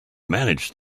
manage